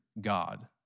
God